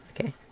Okay